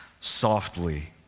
softly